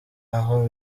aho